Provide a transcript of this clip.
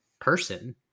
person